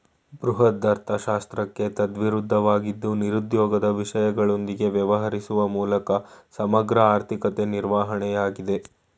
ಬೃಹದರ್ಥಶಾಸ್ತ್ರಕ್ಕೆ ತದ್ವಿರುದ್ಧವಾಗಿದ್ದು ನಿರುದ್ಯೋಗದ ವಿಷಯಗಳೊಂದಿಗೆ ವ್ಯವಹರಿಸುವ ಮೂಲಕ ಸಮಗ್ರ ಆರ್ಥಿಕತೆ ನಿರ್ವಹಣೆಯಾಗಿದೆ